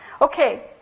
Okay